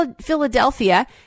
Philadelphia